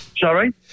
Sorry